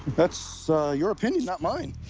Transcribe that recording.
that's so your opinion, not mine.